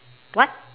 what